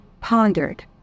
pondered